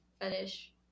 fetish